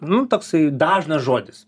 nu toksai dažnas žodis